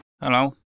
Hello